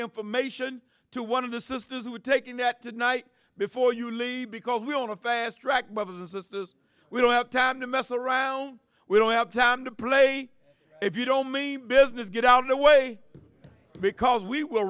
information to one of the sisters who are taking that tonight before you leave because we want to fast track mothers and sisters we don't have time to mess around we don't have time to play if you don't mean business get out of the way because we will